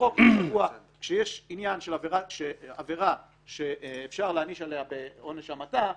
בחוק קבוע כשיש עניין של עבירה שאפשר להעניש עליה בעונש המיתה,